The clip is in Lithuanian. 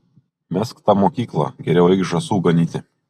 mesk tą mokyklą geriau eik žąsų ganyti